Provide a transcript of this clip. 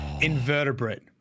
invertebrate